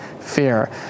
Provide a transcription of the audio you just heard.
fear